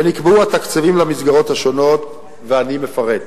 ונקבעו התקציבים למסגרות השונות, ואני מפרט.